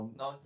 no